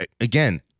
again